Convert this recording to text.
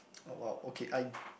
oh !wow! okay I